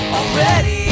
already